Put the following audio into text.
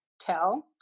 tell